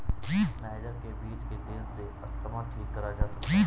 niger के बीज के तेल से अस्थमा ठीक करा जा सकता है